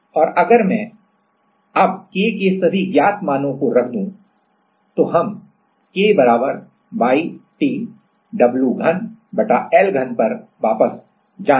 और अगर मैं अब K के सभी ज्ञात मानों को रख दूं तो हम K Y t W3 L3 पर वापस जाएं